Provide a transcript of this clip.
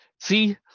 see